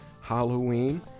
Halloween